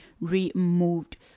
removed